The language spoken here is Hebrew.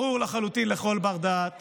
ברור לחלוטין לכל בר-דעת